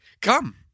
come